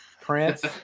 prince